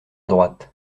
droite